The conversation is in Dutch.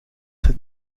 het